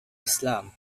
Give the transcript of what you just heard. islam